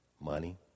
Money